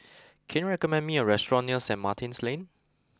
can you recommend me a restaurant near Saint Martin's Lane